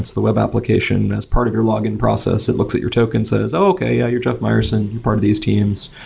the web application as part of your login process, it looks at your token and says, oh, okay. yeah, you're jeff mayerson. you're part of these teams.